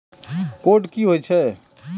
Code की होय छै?